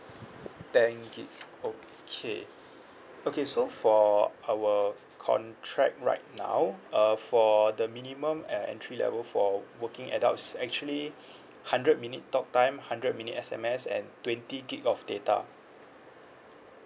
thank you okay okay so for our contract right now uh for the minimum and entry level for working adults actually hundred minute talk time hundred minute S_M_S and twenty gig of data